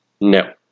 no